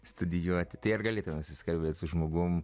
studijuoti tai ar galėtumei susikalbėti su žmogumi